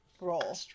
roll